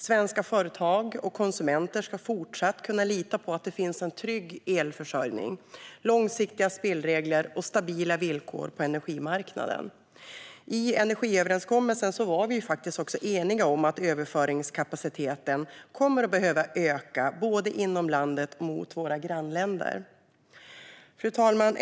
Svenska företag och konsumenter ska även i fortsättningen kunna lita på att det finns trygg elförsörjning, långsiktiga spelregler och stabila villkor på energimarknaden. I energiöverenskommelsen var vi också eniga om att överföringskapaciteten kommer att behöva öka både inom landet och mot våra grannländer. Fru talman!